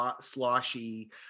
sloshy